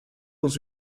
dans